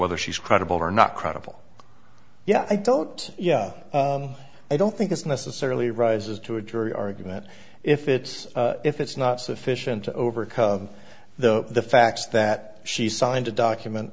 whether she's credible or not credible yeah i don't you know i don't think it's necessarily rises to a jury argument if it's if it's not sufficient to overcome the the facts that she signed a document